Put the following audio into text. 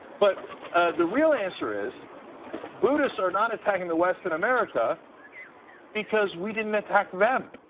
but the real answer is buddhists are not attacking the west in america because we didn't attack them.